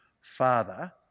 father